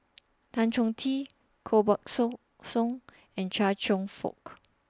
Tan Chong Tee Koh Buck Song Song and Chia Cheong Fook